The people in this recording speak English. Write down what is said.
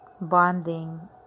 bonding